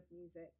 music